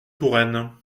touraine